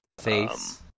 face